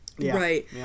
Right